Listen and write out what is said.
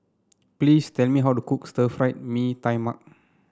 please tell me how to cook Stir Fried Mee Tai Mak